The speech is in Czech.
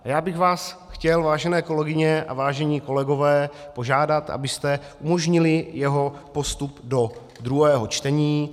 Já bych vás chtěl, vážené kolegyně a vážení kolegové, požádat, abyste umožnili jeho postup do druhého čtení.